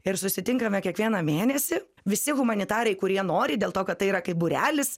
ir susitinkame kiekvieną mėnesį visi humanitarai kurie nori dėl to kad tai yra kaip būrelis